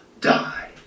die